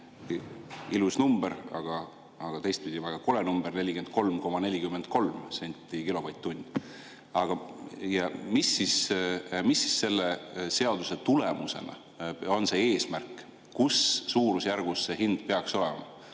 ilus number, aga teistpidi väga kole number – oli 43,43 senti kilovatt-tunni eest. Mis siis selle seaduse tulemusena on see eesmärk, millises suurusjärgus see hind peaks olema?